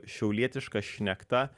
šiaulietiška šnekta